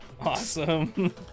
awesome